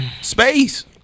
Space